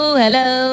hello